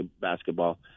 basketball